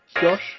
Josh